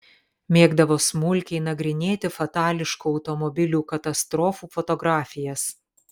mėgdavo smulkiai nagrinėti fatališkų automobilių katastrofų fotografijas